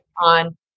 on